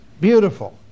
beautiful